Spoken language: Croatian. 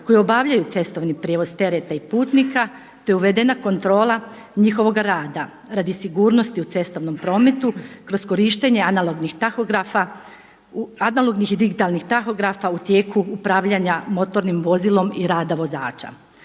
koji obavljaju cestovni prijevoz tereta i putnika, te je uvedena kontrola njihovog rada radi sigurnosti u cestovnom prometu kroz korištenje analognih i digitalnih tahografa u tijeku upravljanja motornim vozilom i rada vozača.